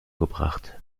gebracht